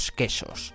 quesos